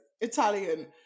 Italian